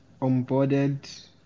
onboarded